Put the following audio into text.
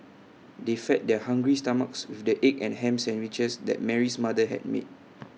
they fed their hungry stomachs with the egg and Ham Sandwiches that Mary's mother had made